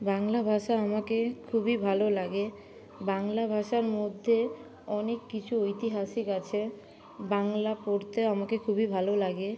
বাংলা ভাষা আমাকে খুবই ভালো লাগে বাংলা ভাষার মধ্যে অনেক কিছু ঐতিহাসিক আছে বাংলা পড়তে আমাকে খুবই ভালো লাগে